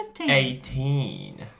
Eighteen